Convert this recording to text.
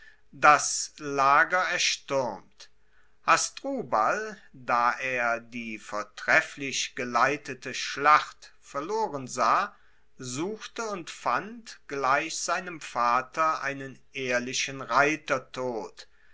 das lager erstuermt hasdrubal da er die vortrefflich geleitete schlacht verloren sah suchte und fand gleich seinem vater einen ehrlichen reitertod